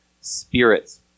spirits